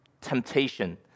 temptation